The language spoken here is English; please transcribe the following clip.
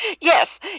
yes